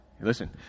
Listen